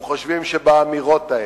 הם חושבים שבאמירות האלה,